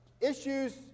issues